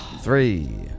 Three